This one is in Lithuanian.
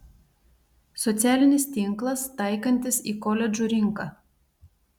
socialinis tinklas taikantis į koledžų rinką